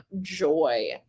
joy